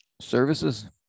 services